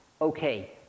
okay